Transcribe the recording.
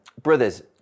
Brothers